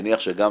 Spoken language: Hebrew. מניח שגם